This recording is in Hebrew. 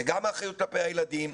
זה גם האחריות כלפי הילדים,